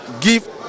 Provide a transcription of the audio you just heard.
give